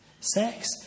Sex